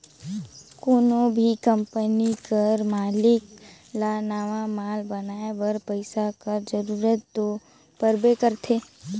कोनो भी कंपनी कर मालिक ल नावा माल बनाए बर पइसा कर जरूरत दो परबे करथे